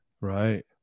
Right